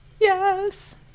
Yes